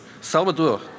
Salvador